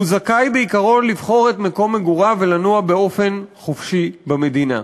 הוא זכאי בעיקרון לבחור את מקום מגוריו ולנוע באופן חופשי במדינה.